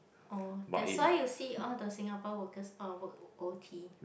orh that's why you see all the Singaporean works all work oh o_t